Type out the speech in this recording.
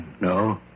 No